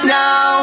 now